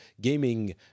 gaming